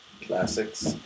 Classics